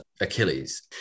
Achilles